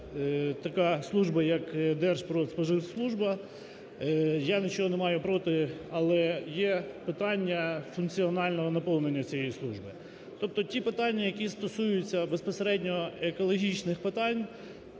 така служба, як Держпродспоживслужба. Я нічого не маю проти, але є питання функціонального наповнення цієї служби. Тобто ті питання, які стосуються безпосередньо екологічних питань,